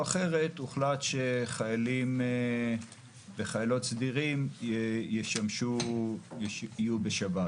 אחרת הוחלט שחיילים וחיילות סדירים יהיו בשב"ס.